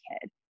kid